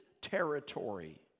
territory